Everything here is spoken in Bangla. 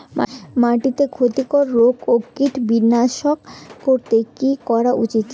মাটিতে ক্ষতি কর রোগ ও কীট বিনাশ করতে কি করা উচিৎ?